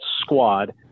squad